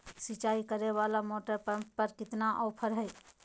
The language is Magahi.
सिंचाई करे वाला मोटर पंप पर कितना ऑफर हाय?